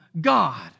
God